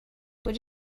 would